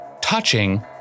touching